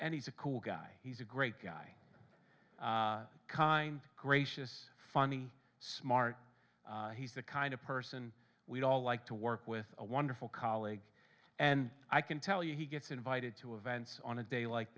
and he's a cool guy he's a great guy kind gracious funny smart he's the kind of person we'd all like to work with a wonderful colleague and i can tell you he gets invited to events on a day like